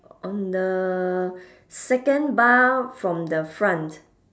on the second bar from the front